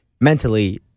mentally